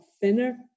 thinner